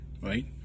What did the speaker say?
right